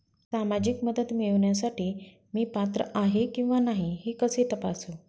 सामाजिक मदत मिळविण्यासाठी मी पात्र आहे किंवा नाही हे कसे तपासू?